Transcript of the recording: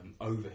over